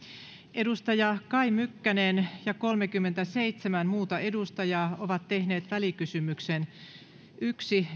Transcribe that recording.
edustaja kai mykkänen ja kolmekymmentäseitsemän muuta edustajaa ovat tehneet välikysymyksen yksi